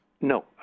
No